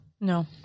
No